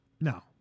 No